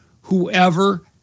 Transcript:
whoever